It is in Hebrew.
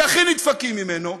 שהכי נדפקים ממנו,